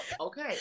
okay